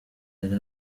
hari